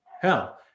hell